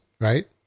right